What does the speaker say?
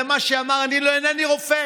זה מה שהוא אמר: אני אינני רופא,